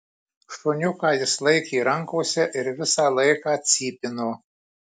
šuniuką jis laikė rankose ir visą laiką cypino